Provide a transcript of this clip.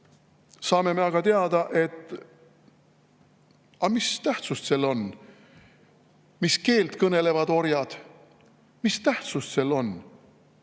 saame me teada, et aga mis tähtsust sel on, mis keelt kõnelevad orjad, mis tähtsust sel on,